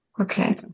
okay